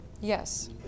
Yes